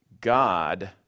God